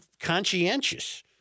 conscientious